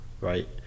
right